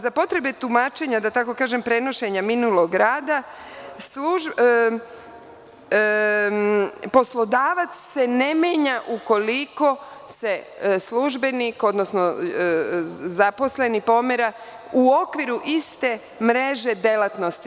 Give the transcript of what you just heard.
Za potrebe tumačenja, da tako kažem, prenošenja minulog rada, poslodavac se ne menja ukoliko se službenik, odnosno zaposleni pomera u okviru iste mreže delatnosti.